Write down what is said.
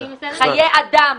חיי אדם,